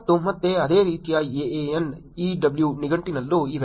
ಮತ್ತು ಮತ್ತೆ ಅದೇ ರೀತಿಯ ANEW ನಿಘಂಟಿನಲ್ಲೂ ಇವೆ